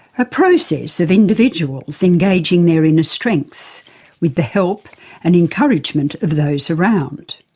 a process of individuals engaging their inner strengths with the help and encouragement of those around.